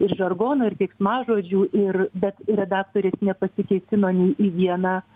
ir žargono ir keiksmažodžių ir bet redaktorės nepasikėsino nė į vieną